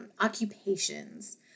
occupations